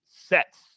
sets